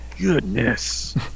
Goodness